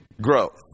growth